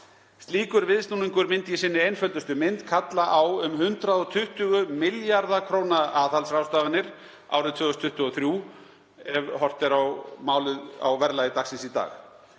Slíkur viðsnúningur myndi í sinni einföldustu mynd kalla á um 120 milljarða kr. aðhaldsráðstafanir árið 2023 á verðlagi dagsins í dag.